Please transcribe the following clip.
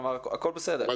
הכול בסדר.